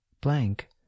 blank